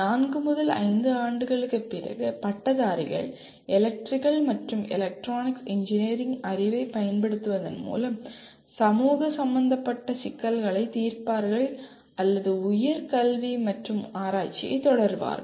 நான்கு முதல் ஐந்து ஆண்டுகளுக்குப் பிறகு பட்டதாரிகள் எலக்ட்ரிக்கல் மற்றும் எலெக்ட்ரானிக்ஸ் இன்ஜினியரிங் அறிவைப் பயன்படுத்துவதன் மூலம் சமூக சம்பந்தப்பட்ட சிக்கல்களைத் தீர்ப்பார்கள் அல்லது உயர் கல்வி மற்றும் ஆராய்ச்சியைத் தொடருவார்கள்